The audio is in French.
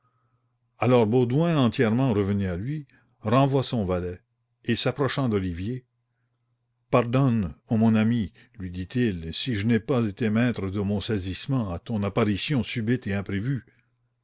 alors baudouin entièrement revenu à lui renvoie son valet et s'approchant d'olivier pardonne ô mon ami lui dit-il si je n'ai pas été maître de mon saisissement à ton apparition subite et imprévue